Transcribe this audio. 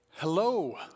Hello